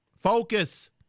Focus